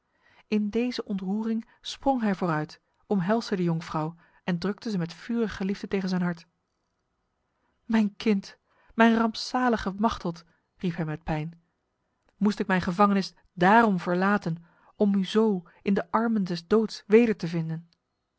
in deze ontroering sprong hij vooruit omhelsde de jonkvrouw en drukte ze met vurige liefde tegen zijn hart mijn kind mijn rampzalige machteld riep hij met pijn moest ik mijn gevangenis daarom verlaten om u zo in de armen des doods weder te vinden